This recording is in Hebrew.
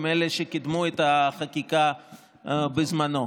הם שקידמו את החקיקה בזמנו.